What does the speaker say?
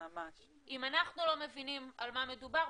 אם אנחנו לא מבינים על מה מדובר,